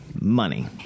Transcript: money